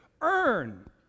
earn